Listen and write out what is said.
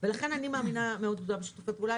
לכן אני מאמינה מאוד גדולה בשיתופי פעולה.